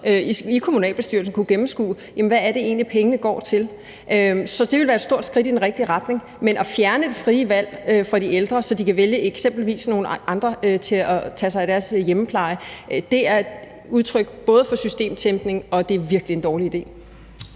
i kommunalbestyrelsen også kunne gennemskue, hvad det egentlig er, pengene går til. Så det ville være et stort skridt i den rigtige retning. Men at fjerne det frie valg fra de ældre, der betyder, at de eksempelvis kan vælge nogle andre til at tage sig af deres hjemmepleje, er et udtryk for systemtænkning, og det er virkelig en dårlig idé.